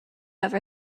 ever